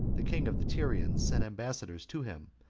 the king of the tyrians, sent ambassadors to him,